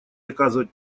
оказывать